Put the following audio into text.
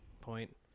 Point